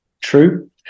true